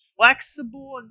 flexible